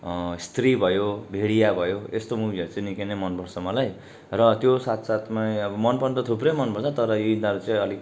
स्त्री भयो भेडिया भयो यस्तो मुभीहरू चाहिँ निकै नै मनपर्छ मलाई र त्यो साथसाथमै अब मनपर्ने त थुप्रै मनपर्छ तर यिनीहरू चाहिँ अलिक